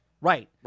Right